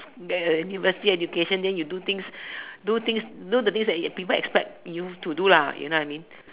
there university education then you do things do things do the things that people expect you to do lah you know what I mean